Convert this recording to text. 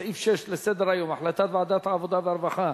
סעיף 6 לסדר-היום: החלטת ועדת העבודה, הרווחה